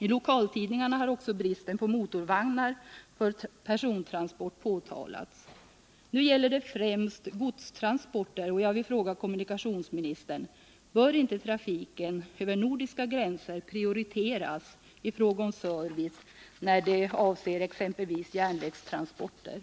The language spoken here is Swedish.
I lokaltidningarna har också bristen på motorvagnar för persontransport påtalats.